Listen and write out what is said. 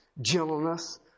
gentleness